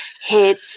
hit